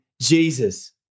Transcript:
Jesus